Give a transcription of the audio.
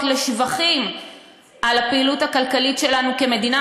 לשבחים על הפעילות הכלכלית שלנו כמדינה,